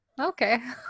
Okay